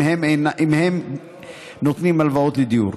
אם הם נותנים הלוואות לדיור.